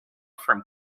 from